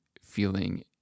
feeling